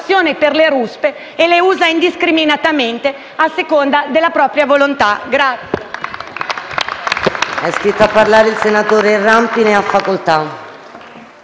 per le ruspe e le usa indiscriminatamente, a seconda della propria volontà.